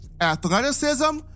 athleticism